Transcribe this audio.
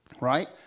Right